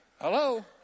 hello